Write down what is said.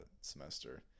semester